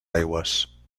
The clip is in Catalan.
aigües